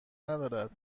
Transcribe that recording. ندارد